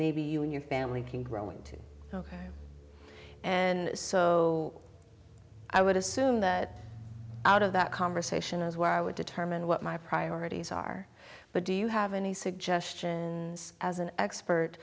maybe you and your family can grow into ok and so i would assume that out of that conversation is where i would determine what my priorities are but do you have any suggestion as an expert